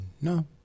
No